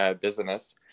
business